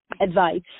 advice